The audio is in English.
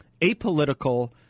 apolitical